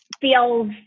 feels